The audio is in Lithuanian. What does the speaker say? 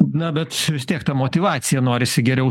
na bet vis tiek ta motyvacija norisi geriau